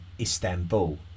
Istanbul